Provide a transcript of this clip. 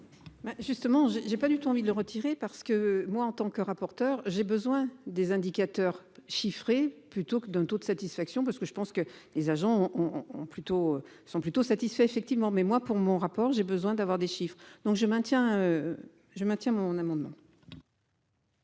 justement j'ai j'ai pas du tout envie de le retirer, parce que moi, en tant que rapporteur, j'ai besoin des indicateurs chiffrés, plutôt que d'un taux de satisfaction parce que je pense que les agents ont plutôt sont plutôt satisfaits, effectivement, mais moi, pour mon rapport, j'ai besoin d'avoir des chiffres donc je maintiens, je maintiens